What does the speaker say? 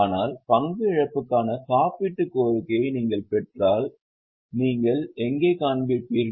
ஆனால் பங்கு இழப்புக்கான காப்பீட்டு கோரிக்கையை நீங்கள் பெற்றால் நீங்கள் எங்கே காண்பிப்பீர்கள்